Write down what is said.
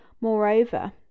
Moreover